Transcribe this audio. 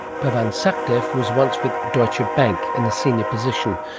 pavan sukhdev was once with deutsche ah bank in a senior position.